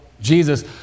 Jesus